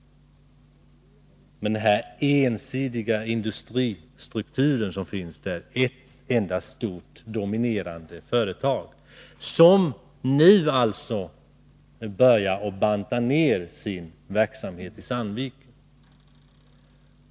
Sandviken har en ensidig industristruktur med ett enda dominerande företag, som nu börjar minska sin verksamhet.